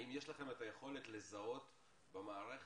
האם יש לכם את היכולת לזהות במערכת